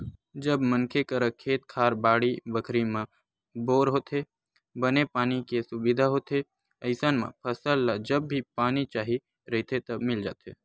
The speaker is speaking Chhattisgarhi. जब मनखे करा खेत खार, बाड़ी बखरी म बोर होथे, बने पानी के सुबिधा होथे अइसन म फसल ल जब भी पानी चाही रहिथे त मिल जाथे